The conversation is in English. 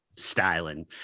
styling